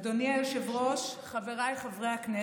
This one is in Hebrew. אדוני היושב-ראש, חבריי חברי הכנסת,